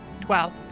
Twelve